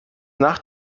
nach